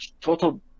total